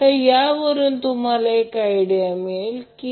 तर यावरून तुम्हाला एक आयडिया मिळेल की